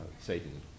Satan